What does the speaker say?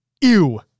Ew